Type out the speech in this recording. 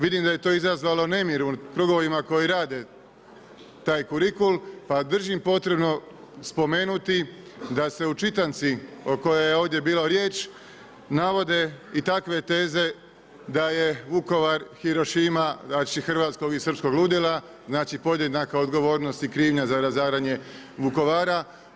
Vidim da je to izazvalo nemir u krugovima koji rade taj kurikul pa držim potrebnim spomenuti da se u čitanci o kojoj je ovdje bilo riječ navode i takve teze da je Vukovar Hirošima znači hrvatskog i srpskog ludila, znači podjednaka odgovornost i krivnja za razaranje Vukovara.